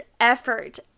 effort